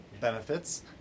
benefits